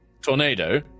Tornado